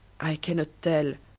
i cannot tell